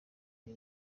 iyi